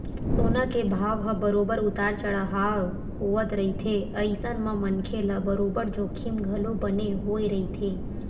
सोना के भाव ह बरोबर उतार चड़हाव होवत रहिथे अइसन म मनखे ल बरोबर जोखिम घलो बने होय रहिथे